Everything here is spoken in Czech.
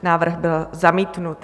Návrh byl zamítnut.